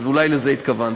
אז אולי לזה התכוונת.